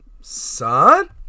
son